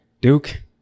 Duke